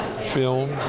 film